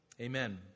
Amen